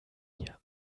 mir